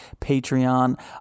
Patreon